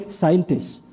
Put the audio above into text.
scientists